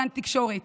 גן תקשורת.